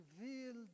revealed